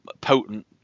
potent